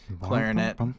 clarinet